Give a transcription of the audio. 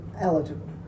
eligible